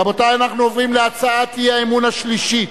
רבותי, אנחנו עוברים להצעת האי-אמון השלישית: